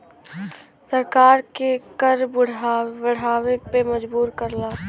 सरकार के कर बढ़ावे पे मजबूर करला